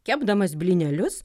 kepdamas blynelius